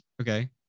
Okay